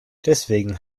deswegen